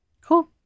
cool